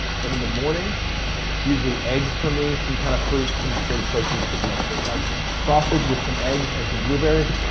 but in the morning it's usually eggs for me, some kind of fruit, some sort of protein sitting next to it like sausage with some eggs and some blueberries.